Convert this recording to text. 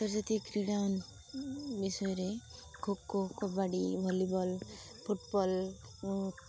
ଆନ୍ତର୍ଜାତୀକ କ୍ରୀଡ଼ା ବିଷୟରେ kho kho kabaddi volleyball football